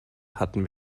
hatten